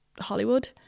Hollywood